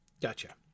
gotcha